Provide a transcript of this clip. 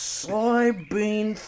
soybean